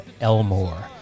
Elmore